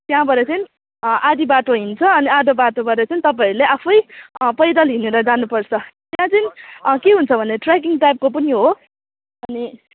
त्यहाँबाट चाहिँ आधा बाटो हिँड्छ अनि आधाबाटोबाट चाहिँ तपाईँहरूले आफै पैदल हिँडेर जानुपर्छ त्यहाँ चाहिँ के हुन्छ भने ट्रयाकिङ टाइपको पनि हो अनि